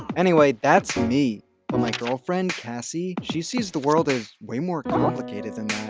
anyway, that's me but my girlfriend, cassie, she sees the world as way more than that,